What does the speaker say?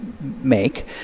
make